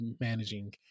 managing